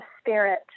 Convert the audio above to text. spirit